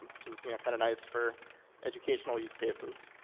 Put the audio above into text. which is you know kind of nice for educational use cases.